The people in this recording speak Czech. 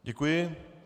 Děkuji.